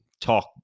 talk